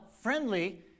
friendly